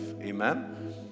Amen